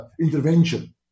intervention